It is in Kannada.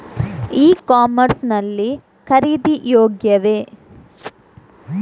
ಇ ಕಾಮರ್ಸ್ ಲ್ಲಿ ಖರೀದಿ ಯೋಗ್ಯವೇ?